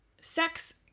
sex